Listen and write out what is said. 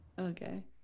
Okay